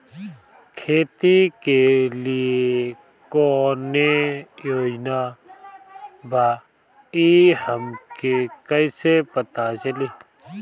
खेती के लिए कौने योजना बा ई हमके कईसे पता चली?